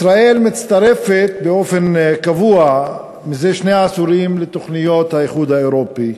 ישראל מצטרפת באופן קבוע מזה שני עשורים לתוכניות האיחוד האירופי,